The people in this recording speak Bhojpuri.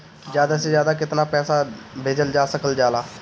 ज्यादा से ज्यादा केताना पैसा भेजल जा सकल जाला?